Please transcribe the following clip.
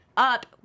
up